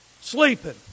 Sleeping